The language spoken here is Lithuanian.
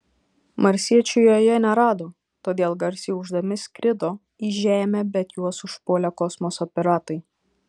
marsiečių joje nerado todėl garsiai ūždami skrido į žemę bet juos užpuolė kosmoso piratai